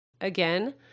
again